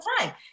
time